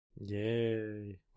Yay